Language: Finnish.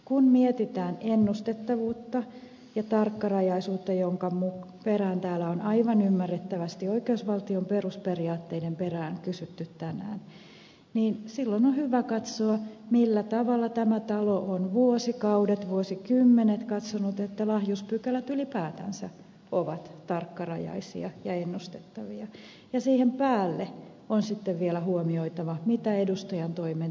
kun mietitään ennustettavuutta ja tarkkarajaisuutta joiden oikeusvaltion perusperiaatteiden perään täällä on aivan ymmärrettävästi kysytty tänään niin silloin on hyvä katsoa millä tavalla tämä talo on vuosikaudet vuosikymmenet katsonut että lahjuspykälät ylipäätänsä ovat tarkkarajaisia ja ennustettavia ja siihen päälle on vielä huomioitava mitä edustajantoimen tietyistä piirteistä johtuu